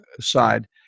side